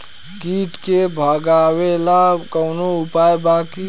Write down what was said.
कीट के भगावेला कवनो उपाय बा की?